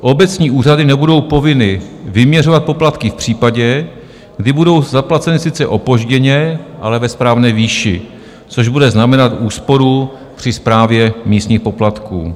Obecní úřady nebudou povinny vyměřovat poplatky v případě, kdy budou zaplaceny sice opožděně, ale ve správné výši, což bude znamenat úsporu při správě místních poplatků.